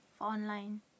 online